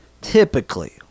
typically